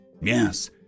Yes